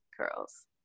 curls